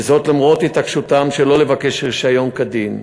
וזה למרות התעקשותם שלא לבקש רישיון כדין.